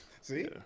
See